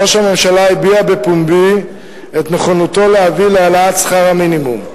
ראש הממשלה הביע בפומבי את נכונותו להביא להעלאת שכר המינימום.